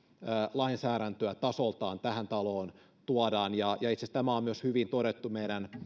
lainsäädäntöä tasoltaan tähän taloon tuodaan itse asiassa tämä on myös hyvin todettu meidän